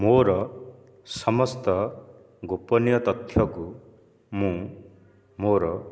ମୋର ସମସ୍ତ ଗୋପନୀୟ ତଥ୍ୟକୁ ମୁଁ ମୋର